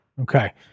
Okay